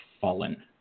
fallen